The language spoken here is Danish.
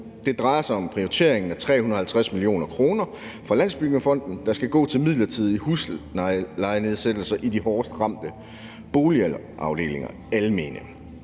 Det drejer sig om prioriteringen af 350 mio. kr. fra Landsbyggefonden, der skal gå til midlertidige huslejenedsættelser i de hårdest ramte almene boligafdelinger,